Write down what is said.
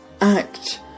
Act